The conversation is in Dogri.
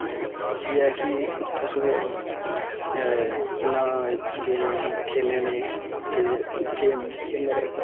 इयै ऐ कि तुस जियां गेम खेलने होन्ने ते गेम खेलने पर